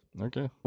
Okay